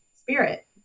spirit